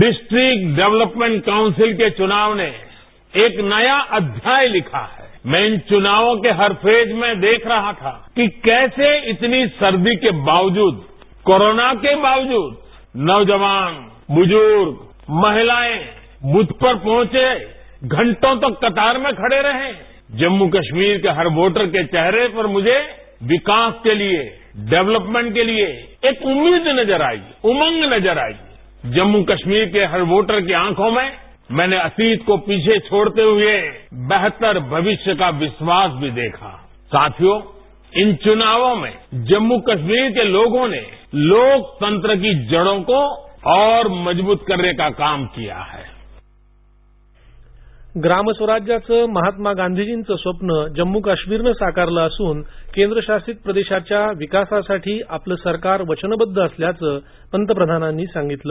district development के council के चुनाव ने एक नया अष्ट्याय लिखा है इन चुनाव के हर फेज में देख रहा था कि कैसे इतनी सर्दी के बावजूद कोरोना के बावजूद नौजवान बुजुर्ग महिलाएं बूथ तक पहुंचे घंटों तक कतार में लगे रहे जम्मू कश्मीर के हर वोटर के चेहरे पर मुझे विकास के लिए डेवलपमेंट के लिए एक उम्मीद नजर आई उमंग नजर आई जम्मू कश्मीर के हर वोटर के आंखों में मैने अतीत को पीछे छोड़ते हुए बेहतर भविष्य का विश्वास भी देखा साथियों इन चुनावों में जम्मू कश्मीर के लोगों ने लोकतंत्र की जड़ों को और मजबूत करने का काम किया है ग्राम स्वराज्याचं महात्मा गांधीजींचं स्वप्न जम्मू कश्मीरने साकारले असून या केंद्र शासित प्रदेशाच्या विकासासाठी आपले सरकार वचनबद्ध असल्याचं त्यांनी सांगितलं